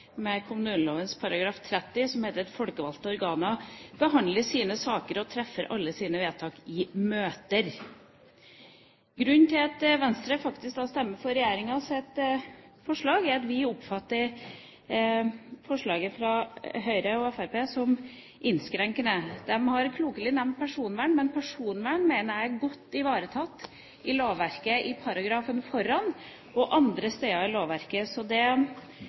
30, der det heter at folkevalgte organer behandler sine saker og treffer alle sine vedtak i møter. Grunnen til at Venstre stemmer for regjeringens forslag, er at vi oppfatter forslaget fra Høyre, Fremskrittspartiet og Kristelig Folkeparti som innskrenkende. De har klokelig nevnt personvern, men personvern mener jeg godt er ivaretatt i lovverket, i paragrafen foran og andre steder i lovverket, så det